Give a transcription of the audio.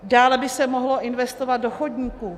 Dále by se mohlo investovat do chodníků.